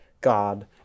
God